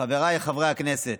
חבריי חברי הכנסת,